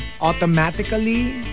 automatically